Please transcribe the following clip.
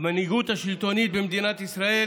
המנהיגות השלטונית במדינת ישראל,